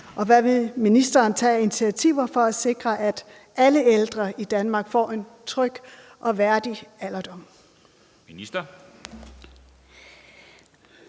og hvad vil ministeren tage af initiativer for at sikre, at alle ældre i Danmark får en tryg og værdig alderdom? Første